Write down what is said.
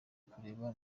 kureba